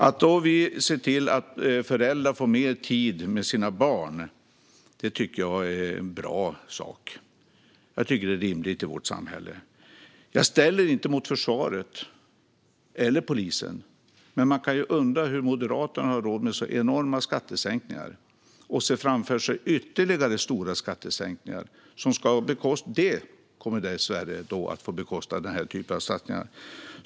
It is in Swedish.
Att vi då ser till att föräldrar får mer tid med sina barn tycker jag är bra och rimligt i vårt samhälle. Jag ställer det inte mot försvaret eller polisen, men man kan undra hur Moderaterna har råd med så enorma skattesänkningar. De ser framför sig ytterligare stora skattesänkningar som dessvärre kommer att ske på bekostnad av den typen av satsningar.